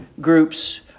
groups